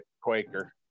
Quaker